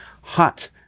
hot